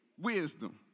wisdom